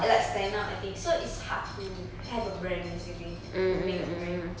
like stand out I think so it's hard to have a brand basically to make a brand